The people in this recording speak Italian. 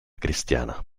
cristiana